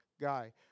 guy